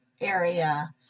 area